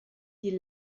die